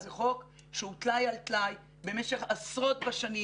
זה חוק שהוא תלאי על תלאי במשך עשרות בשנים.